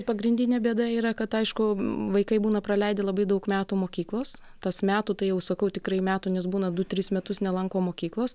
pagrindinė bėda yra kad aišku vaikai būna praleidę labai daug metų mokyklos tas metų tai jau sakau tikrai metų nes būna du tris metus nelanko mokyklos